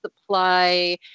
supply